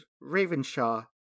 Ravenshaw